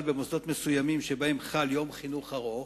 במוסדות מסוימים שבהם חל יום חינוך ארוך,